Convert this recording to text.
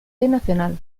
nacional